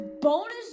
bonus